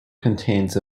contains